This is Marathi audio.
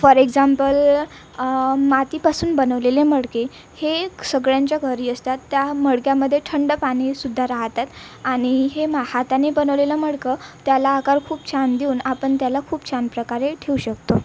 फॉर एक्झाम्पल मातीपासून बनवलेले मडके हे सगळ्यांच्या घरी असतात त्या मडक्यामध्ये ठंड पाणीसुद्धा राहतात आणि हे मग हाताने बनवलेलं मडकं त्याला आकार खूप छान देऊन आपण त्याला खूप छान प्रकारे ठेवू शकतो